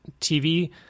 TV